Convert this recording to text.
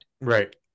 Right